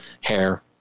hair